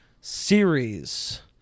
series